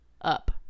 up